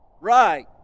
Right